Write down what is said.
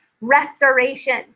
restoration